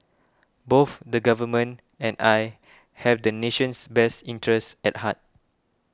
both the Government and I have the nation's best interest at heart